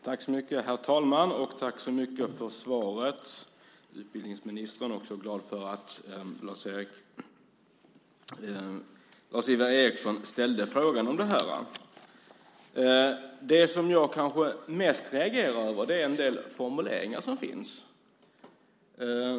Herr talman! Tack så mycket för svaret, utbildningsministern! Jag är också glad för att Lars-Ivar Ericson ställde frågan om det här. Det som jag kanske reagerar mest över är en del formuleringar som finns.